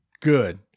Good